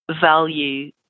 value